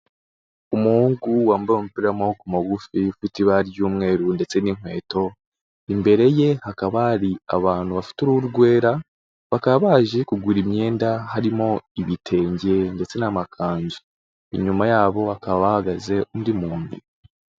umuhungu wambaye umupira w'amaboko magufi ufite ibara ry'umweru ndetse n'inkweto, imbere ye hakaba hari abantu bafite uruhu rwera, bakaba baje kugura imyenda harimo ibitenge ndetse n'amakanzu. Inyuma yabo hakaba hahahagaze undi muntu.